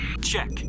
Check